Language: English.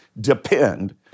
depend